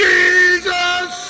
Jesus